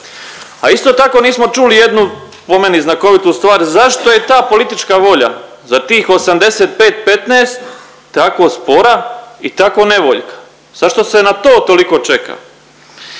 A isto tako, nismo čuli jednu po meni znakovitu stvar, zašto je ta politička volja za tih 85:15 tako spora i tako nevoljka. Zašto se na to toliko čeka?